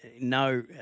no